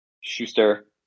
Schuster